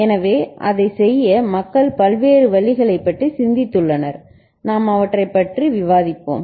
எனவே அதைச் செய்ய மக்கள் பல்வேறு வழிகளைப் பற்றி சிந்தித்துள்ளனர் நாம் அவற்றைப் பற்றி விவாதிப்போம்